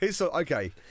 Okay